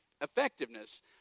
effectiveness